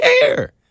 care